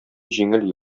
җиңел